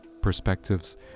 perspectives